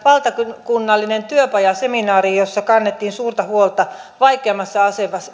valtakunnallinen työpajaseminaari jossa kannettiin suurta huolta vaikeimmassa